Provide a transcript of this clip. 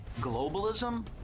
Globalism